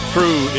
Crew